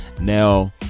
now